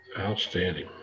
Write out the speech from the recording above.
Outstanding